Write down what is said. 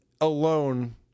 alone